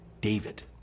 David